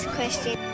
question